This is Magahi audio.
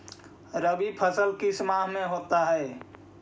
रवि फसल किस माह में होता है?